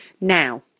Now